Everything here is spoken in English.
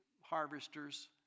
harvesters